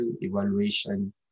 evaluation